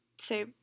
say